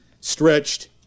stretched